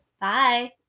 Bye